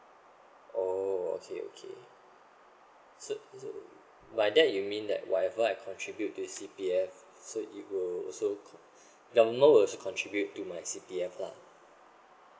oh okay okay so by that you mean that whatever I contribute to C P F so it will also con~ the amount will also contribute to my C P F lah